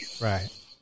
right